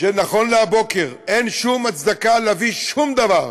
שנכון להבוקר אין שום הצדקה להביא שום דבר.